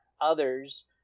others